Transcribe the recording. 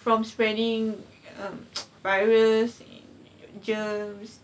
from spreading virus and germs